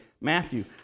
Matthew